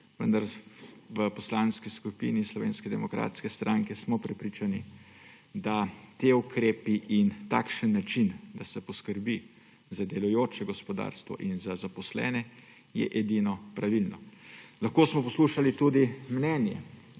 v Poslanski skupin Slovenske demokratske stranke prepričani, da so ti ukrepi in takšen način, da se poskrbi za delujoče gospodarstvo in za zaposlene, edini pravilni. Lahko smo poslušali tudi mnenje